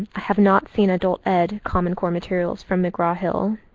have not seen adult ed common core materials from mcgraw hill.